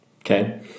Okay